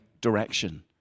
direction